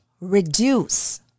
reduce